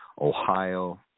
Ohio